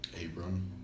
Abram